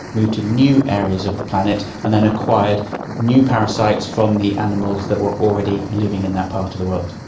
moved to new areas of the planet and then acquired new parasites from the animals that were already living in that part of the world.